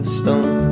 stone